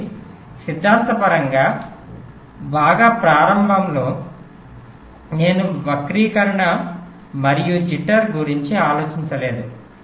కాబట్టి సిద్ధాంతపరంగా బాగా ప్రారంభంలో నేను వక్రీకరణ మరియు జిట్టర్ skew jitter గురించి ఆలోచించలేదు